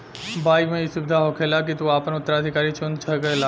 bike मे ई सुविधा होखेला की तू आपन उत्तराधिकारी चुन सकेल